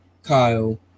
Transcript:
Kyle